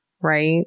Right